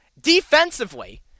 Defensively